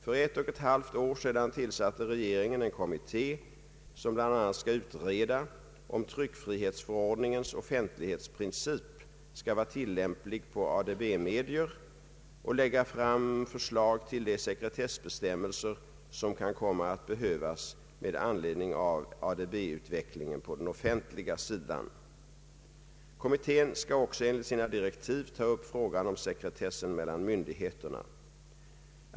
För ett och ett halvt år sedan tillsatte regeringen en kommitté som bl.a. skall utreda, om tryckfrihetsförordningens offentlighetsprincip skall vara tillämplig på ADB-medier, och lägga fram förslag till de sekretessbestämmelser som kan komma att behövas med anledning av ADB-utvecklingen på den offentliga sidan. Kommittén skall också enligt sina direktiv ta upp frågan om sekretessen mellan myndigheterna.